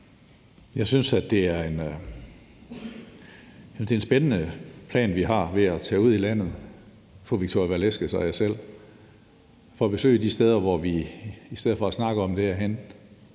Jeg synes, det er en spændende plan, vi har, om at tage ud i landet, fru Victoria Velasquez og jeg selv, for at besøge de steder, hvor vi – i stedet for at snakke om dem herinde